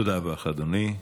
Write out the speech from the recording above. תודה רבה לך, אדוני.